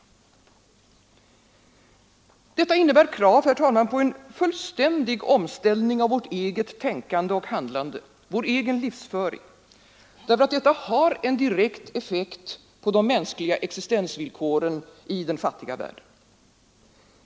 Detta innebär, herr talman, krav på en fullständig omställning av vårt eget tänkande och handlande, vår egen livsföring, därför att detta har en direkt effekt på de mänskliga existensvillkoren i den fattiga världen.